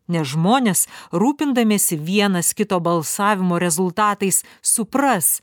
nes žmonės rūpindamiesi vienas kito balsavimo rezultatais supras